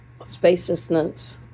spacelessness